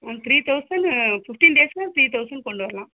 ma'am three தௌசண்ட்னு fifteen டேஸ்னா three thousand கொண்டு வரலாம்